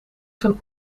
zijn